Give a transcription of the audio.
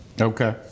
Okay